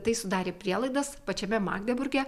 tai sudarė prielaidas pačiame magdeburge